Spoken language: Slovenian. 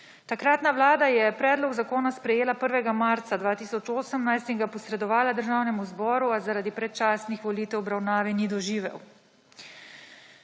Takratna vlada je predlog zakona sprejela 1. marca 2018 in ga posredovala Državnemu zboru, a zaradi predčasnih volitev obravnave ni doživel.